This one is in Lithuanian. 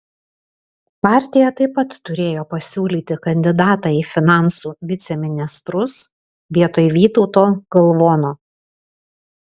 partija taip pat turėjo pasiūlyti kandidatą į finansų viceministrus vietoj vytauto galvono